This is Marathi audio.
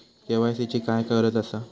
के.वाय.सी ची काय गरज आसा?